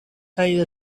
kaj